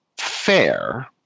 fair